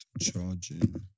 charging